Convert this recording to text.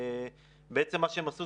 שכותרתו: